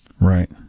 Right